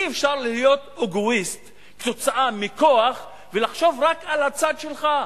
אי-אפשר להיות אגואיסט בגלל כוח ולחשוב רק על הצד שלך,